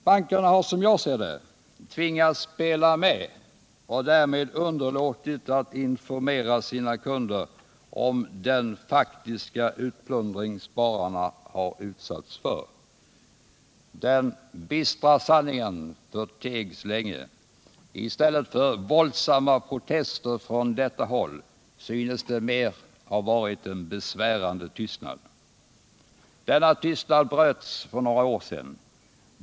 Bankerna har — som jag ser det — tvingats spela med och därmed underlåtit att informera sina kunder om den faktiska utplundring spararna utsatts för. Den bistra sanningen förtegs länge. I stället för våldsamma protester från detta håll synes det mer ha varit en besvärande tystnad. Denna tystnad bröts för några år sedan.